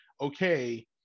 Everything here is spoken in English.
okay